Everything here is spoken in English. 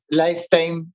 lifetime